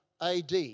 AD